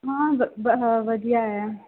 ਹਾਂ ਵਧੀਆ ਆ